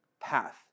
path